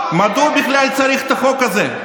מדוע בכלל צריך את החוק הזה?